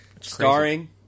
starring